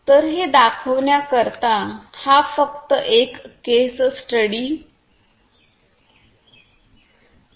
तर हे दाखविण्याकरिता हा फक्त एक केस स्टडी आहे